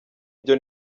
byo